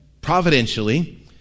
Providentially